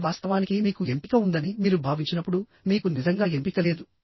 కానీ వాస్తవానికి మీకు ఎంపిక ఉందని మీరు భావించినప్పుడు మీకు నిజంగా ఎంపిక లేదు